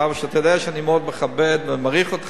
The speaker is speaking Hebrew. שאתה יודע שאני מאוד מכבד ומעריך אותך,